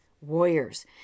warriors